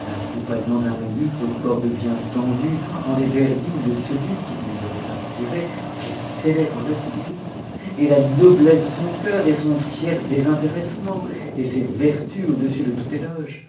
m'accompagnant d'un luth aux cordes bien tendues en des vers dignes de celui qui me les aurait inspirés je célébrerais ses mérites et la noblesse de son cœur et son fier désintéressement et ses vertus au-dessus de tout éloge